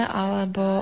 alebo